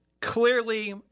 Clearly